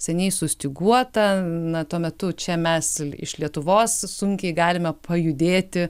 seniai sustyguota na tuo metu čia mes iš lietuvos sunkiai galime pajudėti